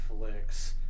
Netflix